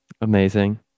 Amazing